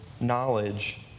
knowledge